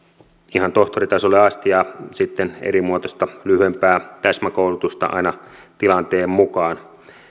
ihan tohtoritasolle asti ja sitten erimuotoista lyhyempää täsmäkoulutusta aina tilanteen mukaan